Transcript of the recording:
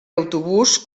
autobús